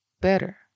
better